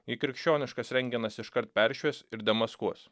jį krikščioniškas rentgenas iškart peršvies ir demaskuos